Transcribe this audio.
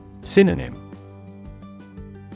Synonym